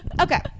okay